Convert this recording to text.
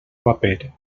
paper